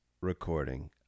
recording